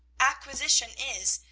acquisition is,